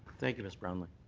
thank you, miss brownly.